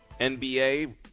NBA